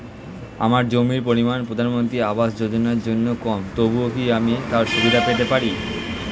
আমার জমির পরিমাণ প্রধানমন্ত্রী আবাস যোজনার জন্য কম তবুও কি আমি তার সুবিধা পেতে পারি?